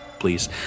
please